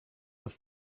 was